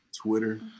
Twitter